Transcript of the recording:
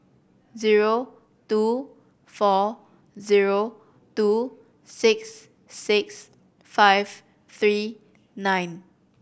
zero two four zero two six six five three nine